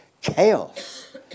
chaos